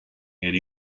and